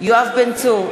יואב בן צור,